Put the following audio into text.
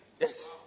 Yes